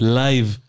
live